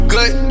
Good